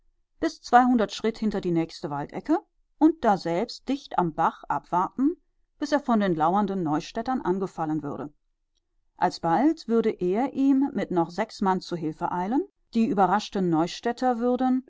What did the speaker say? bis zweihundert schritt hinter die nächste waldecke und daselbst dicht am bach abwarten bis er von den lauernden neustädtern angefallen würde alsbald würde er ihm mit noch sechs mann zu hilfe eilen die überraschten neustädter würden